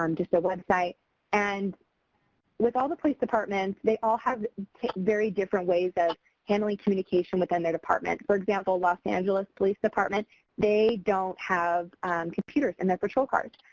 um just a website and with all the police departments they all have very different ways of handling communication within their department. for example, los angeles police department, they don't have computers in their patrol cars.